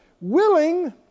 Willing